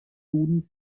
cruni